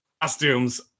costumes